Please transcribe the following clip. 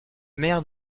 maire